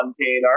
container